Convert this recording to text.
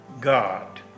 God